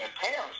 parents